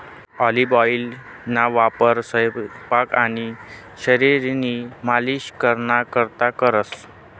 olive ऑइलना वापर सयपाक आणि शरीरनी मालिश कराना करता करतंस